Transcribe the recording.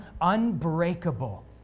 unbreakable